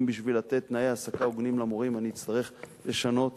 אם בשביל לתת תנאי העסקה הוגנים אני אצטרך לשנות